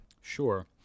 Sure